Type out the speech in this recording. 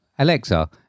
Alexa